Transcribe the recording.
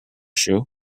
shoe